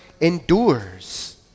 endures